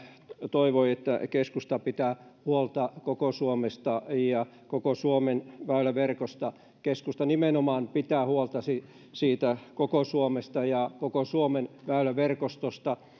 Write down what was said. toivoi että keskusta pitää huolta koko suomesta ja koko suomen väyläverkosta keskusta nimenomaan pitää huolta siitä koko suomesta ja koko suomen väyläverkostosta